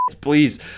Please